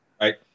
Right